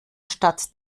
statt